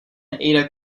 ada